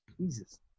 Jesus